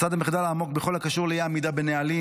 לצד המחדל העמוק בכל הקשור לאי-עמידה בנהלים,